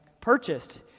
purchased